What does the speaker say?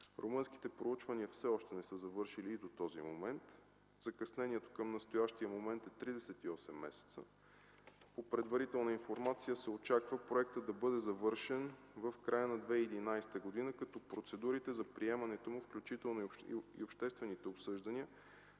Румънските проучвания все още не са завършили и до този момент. Закъснението към настоящия момент е 38 месеца. По предварителна информация се очаква проектът да бъде завършен в края на 2011 г., като процедурите за приемането му, включително и обществените обсъждания,